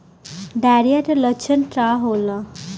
Diarrhoea के लक्षण का होला?